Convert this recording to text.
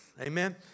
Amen